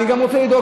אני נשמה טובה,